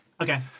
Okay